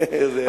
זה היה מצוין,